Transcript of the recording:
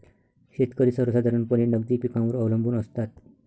शेतकरी सर्वसाधारणपणे नगदी पिकांवर अवलंबून असतात